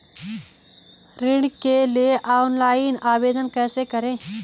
ऋण के लिए ऑनलाइन आवेदन कैसे करें?